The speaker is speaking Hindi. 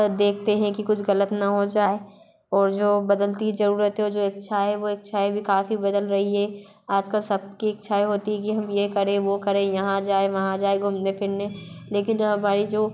देखते हैं कि कुछ गलत ना हो जाए और जो बदलती जरूरत है वो जो इच्छा हे वो इच्छाएं भी काफ़ी बदल रही है आजकल सबकी इच्छाएं होती है कि हम ये करें वो करे यहाँ जाए वहाँ जाए घूमने फिरने लेकिन जो हमारी जो